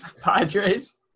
Padres